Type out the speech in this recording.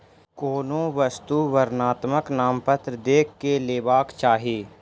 कोनो वस्तु वर्णनात्मक नामपत्र देख के लेबाक चाही